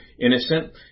innocent